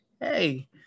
hey